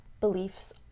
beliefs